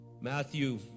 Matthew